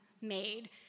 made